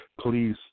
Please